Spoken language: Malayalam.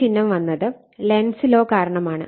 ഈ ചിഹ്നം വന്നത് ലെൻസ് ലോ കാരണമാണ്